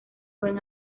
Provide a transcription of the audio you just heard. buen